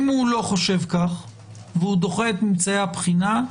אם הוא אינו חושב כך ודוחה את ממצאי הבחינה,